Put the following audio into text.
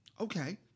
okay